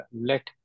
Let